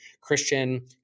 Christian